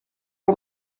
all